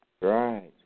Right